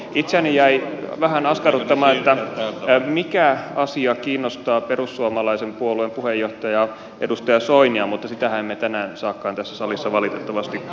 itseäni jäi vähän askarruttamaan mikä asia kiinnostaa perussuomalaisen puolueen puheenjohtajaa edustaja soinia mutta sitähän me emme tänään saakaan tässä salissa valitettavasti kuulla